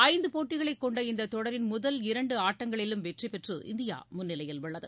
ஐந்துபோட்டிகளைக் கொண்ட இந்தத் தொடரின் முதல் இரண்டுஆட்டங்களிலும் வெற்றிபெற்று இந்தியாமுன்னிலையில் உள்ளது